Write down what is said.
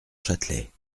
châtelet